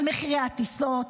על מחירי הטיסות,